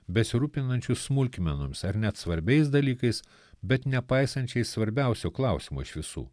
besirūpinančius smulkmenoms ar net svarbiais dalykais bet nepaisančiais svarbiausio klausimo iš visų